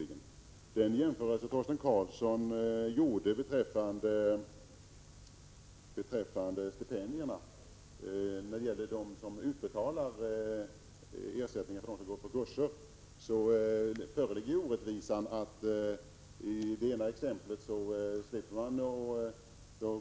Torsten Karlsson gjorde en jämförelse mellan dem som betalar för att människor skall gå på fackliga kurser och de arbetsgivare som betalar ersättning för anställda. Där föreligger den orättvisan att i det ena exemplet